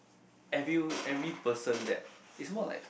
every every person that it's more like